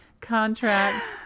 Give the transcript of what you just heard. contracts